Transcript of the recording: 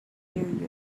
period